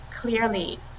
clearly